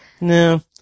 No